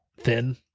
thin